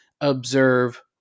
observe